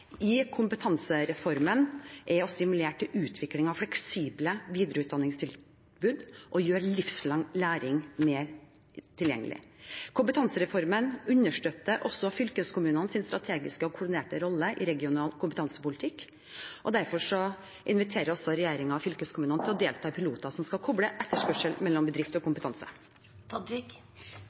i kompetansereformen er å stimulere til utvikling av fleksible videreutdanningstilbud og gjøre livslang læring mer tilgjengelig. Kompetansereformen understøtter også fylkeskommunenes strategiske og koordinerende rolle i regional kompetansepolitikk, derfor inviterer regjeringen fylkeskommunene til å delta i piloter som skal koble etterspørselen fra bedrift